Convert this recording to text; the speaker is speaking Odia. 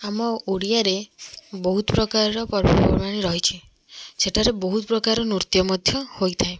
ଆମ ଓଡ଼ିଆରେ ବହୁତ ପ୍ରକାରର ପର୍ବପର୍ବାଣି ରହିଛି ସେଠାରେ ବହୁତ ପ୍ରକାରର ନୃତ୍ୟ ମଧ୍ୟ ହୋଇଥାଏ